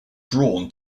drawn